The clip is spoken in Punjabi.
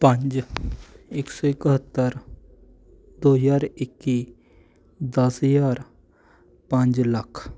ਪੰਜ ਇੱਕ ਸੌ ਇਕਹੱਤਰ ਦੋ ਹਜ਼ਾਰ ਇੱਕੀ ਦਸ ਹਜ਼ਾਰ ਪੰਜ ਲੱਖ